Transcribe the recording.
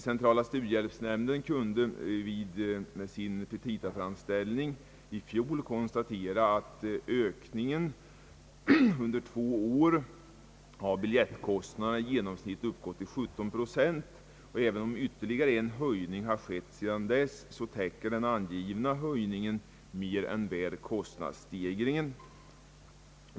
Centrala studiehjälpsnämnden kunde vid sin petitaframställning i fjol konstatera att ökningen under två år av biljettkostnaderna i genomsnitt uppgår till 17 procent, och även om ytterligare en höjning har skett sedan dess täcker den angivna höjningen mer än väl kostnadsstegringen.